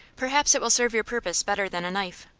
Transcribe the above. perhaps it will serve your purpose better than a knife.